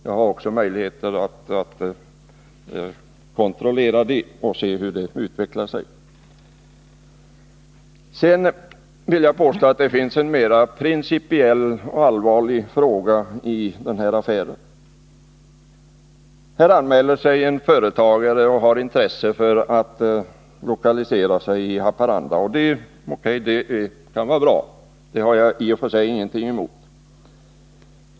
Jag har också möjligheter att kontrollera det och se hur det utvecklar sig. Jag vill påstå att det finns en mera principiell och allvarlig fråga i den här affären. Här anmäler sig en företagare och har intresse av att lokalisera sig i Haparanda. O.K. — det kan vara bra, och det har jag i och för sig ingenting emot.